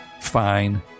Fine